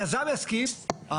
היזם יסכים,